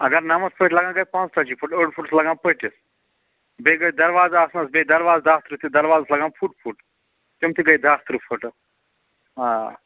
اگر نَمتھ پٔٹۍ لَگَن گٔے پانٛژتٲجی فُٹ أڈۍ فُٹ چھِ لگان پٔٹِس بیٚیہِ گٔیہِ دروازٕ اَتھ منٛز بیٚیہِ دروازٕ دَہ ترٕٛہ تہِ دروازَس چھِ لگان فُٹ فُٹ تِم تہِ گٔے دَہ ترٕٛہ فُٹہٕ آ